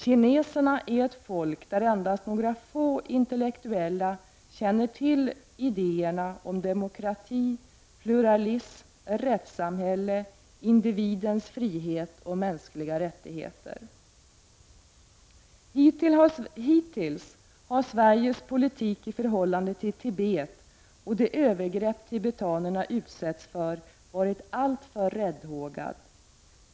Kineserna är ett folk där endast några få intellektuella känner till idéerna om demokrati, pluralism, rättssamhälle, individens frihet och mänskliga rättigheter. Hittills har Sveriges politik i förhållande till Tibet och de övergrepp tibetanerna utsätts för varit alltför räddhågad.